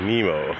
Nemo